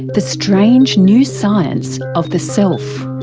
the strange new science of the self.